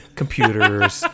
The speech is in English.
computers